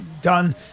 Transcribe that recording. done